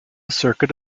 circuit